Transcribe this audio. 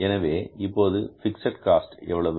எனவே இப்போது fixed cost எவ்வளவு